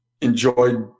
enjoyed